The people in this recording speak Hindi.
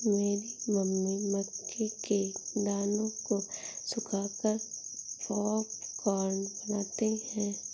मेरी मम्मी मक्के के दानों को सुखाकर पॉपकॉर्न बनाती हैं